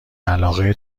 علاقه